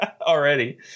already